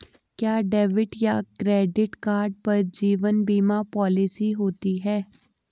क्या डेबिट या credit card पर जीवन बीमा पॉलिसी होती है?